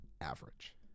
average